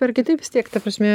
ar kitaip vis tiek ta prasme